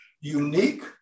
Unique